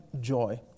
joy